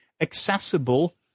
accessible